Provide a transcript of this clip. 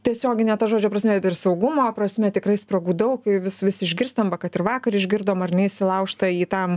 tiesiogine to žodžio prasme ir saugumo prasme tikrai spragų daug i vis vis išgirstam va kad ir vakar išgirdom ar ne įsilaužta į tam